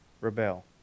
rebel